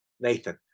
Nathan